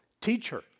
teacher